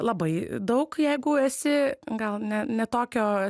labai daug jeigu esi gal ne ne tokio